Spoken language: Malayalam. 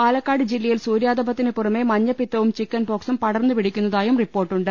പാലക്കാട് ജില്ലയിൽ സൂര്യാതപത്തിന് പുറമെ മഞ്ഞപ്പിത്തവും ചിക്കൻപോക്സും പടർന്ന് പിടിക്കുന്നതായും റിപ്പോർട്ടുണ്ട്